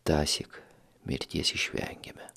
tąsyk mirties išvengėme